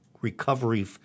recovery